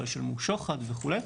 לא ישלמו שוחד וכו'.